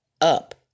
up